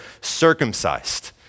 circumcised